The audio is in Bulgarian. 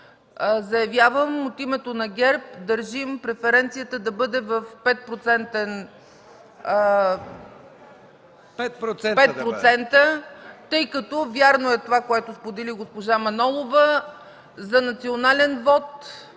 Заявявам от името на ГЕРБ: държим преференцията да бъде 5%. Вярно е това, което сподели госпожа Манолова, за национален вот,